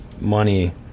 money